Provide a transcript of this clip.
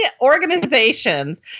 organizations